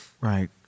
Right